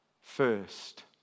first